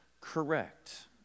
correct